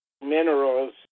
minerals